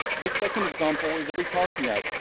this second example is a retargeting ad.